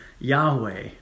Yahweh